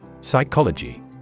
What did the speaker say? Psychology